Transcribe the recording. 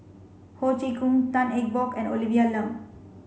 Ho Chee Kong Tan Eng Bock and Olivia Lum